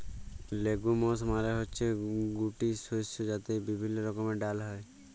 legumes মালে হচ্যে গুটি শস্য যাতে বিভিল্য রকমের ডাল হ্যয়